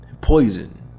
poison